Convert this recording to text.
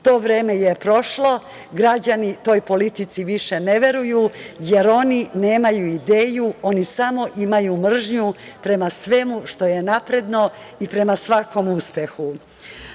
To vreme je prošlo. Građani toj politici više ne veruju, jer oni nemaju ideju, oni samo imaju mržnju prema svemu što je napredno i prema svakom